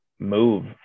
move